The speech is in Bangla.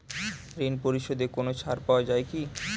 ঋণ পরিশধে কোনো ছাড় পাওয়া যায় কি?